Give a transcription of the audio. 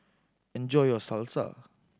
enjoy your Salsa